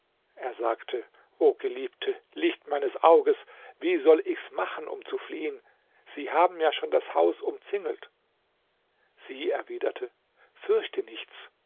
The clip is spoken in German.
er sagte o geliebte licht meines auges wie soll ich's machen um zu fliehen sie haben ja schon das haus umzingelt sie erwiderte fürchte nichts